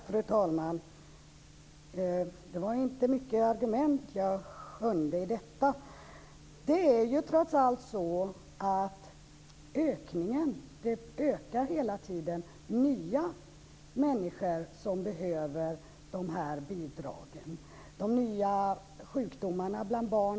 Fru talman! Det var inte mycket argument jag skönjde i detta. Detta ökar trots allt hela tiden. Det kommer nya människor som behöver de här bidragen. Det gäller de nya sjukdomarna bland barn.